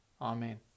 Amen